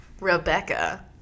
Rebecca